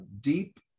deep